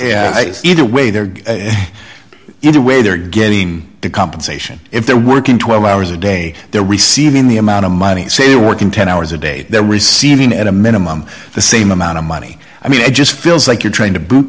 us either way there and when they're getting the compensation if they're working twelve hours a day they're receiving the amount of money so you're working ten hours a day they're receiving at a minimum the same amount of money i mean it just feels like you're trying to boot